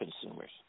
consumers